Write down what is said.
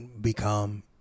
become